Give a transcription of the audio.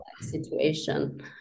situation